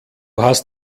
hast